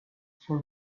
for